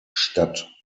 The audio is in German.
statt